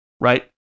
right